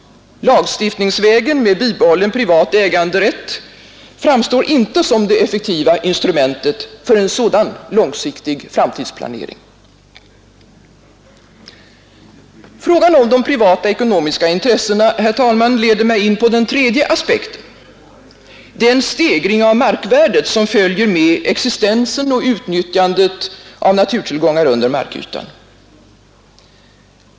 Lagstiftningsvägen, med bibehållen privat äganderätt, framstår inte som det effektiva instrumentet för en sådan planering. Frågan om de privatekonomiska intressena, herr talman, leder mig in på den tredje aspekten, nämligen den stegring av markvärdet som följer på existensen och utnyttjandet av naturtillgångar under markytan.